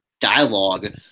dialogue